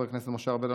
חבר הכנסת משה ארבל,